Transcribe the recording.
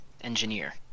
engineer